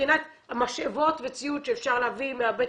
מבחינת משאבות וציוד שאפשר להביא מבית